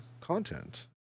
content